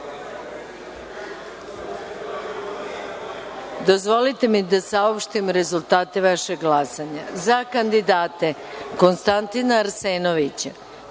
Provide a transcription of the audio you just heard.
glasanja. Dozvolite mi da saopštim rezultate vašeg glasanja.Za kandidate: Konstantina Arsenovića,